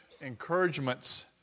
encouragements